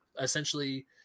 essentially